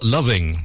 Loving